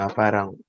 parang